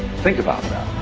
think about